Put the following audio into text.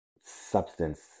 substance